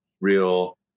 real